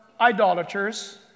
idolaters